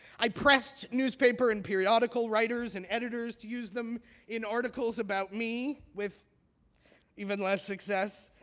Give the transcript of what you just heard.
i pressed newspaper and periodical writers and editors to use them in articles about me with even less success.